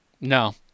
no